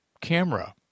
camera